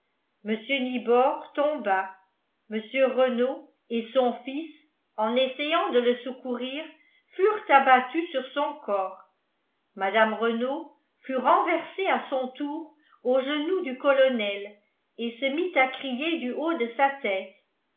nibor tomba mr renault et son fils en essayant de le secourir furent abattus sur son corps mme renault fut renversée à son tour aux genoux du colonel et se mit à crier du haut de sa tête